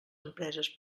empreses